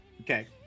okay